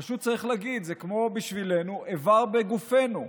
פשוט צריך להגיד, זה כמו בשבילנו איבר בגופנו.